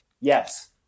Yes